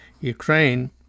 Ukraine